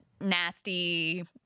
nasty